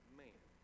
man